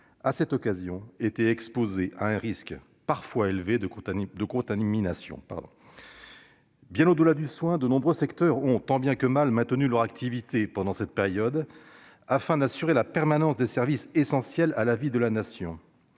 À cette occasion, ils ont été exposés à un risque parfois élevé de contamination. Bien au-delà du seul secteur du soin, de nombreuses personnes ont, tant bien que mal, maintenu leur activité pendant cette période afin d'assurer la permanence des services essentiels à la vie de la Nation.